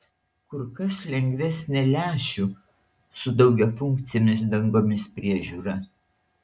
kur kas lengvesnė lęšių su daugiafunkcėmis dangomis priežiūra